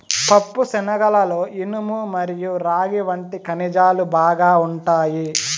పప్పుశనగలలో ఇనుము మరియు రాగి వంటి ఖనిజాలు బాగా ఉంటాయి